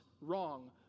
wrong